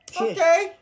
okay